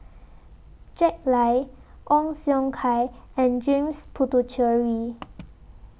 Jack Lai Ong Siong Kai and James Puthucheary